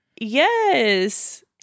Yes